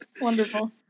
Wonderful